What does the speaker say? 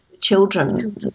children